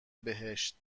بهشت